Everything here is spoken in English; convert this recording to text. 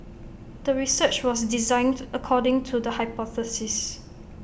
the research was designed according to the hypothesis